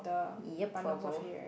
yep for both